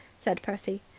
said percy.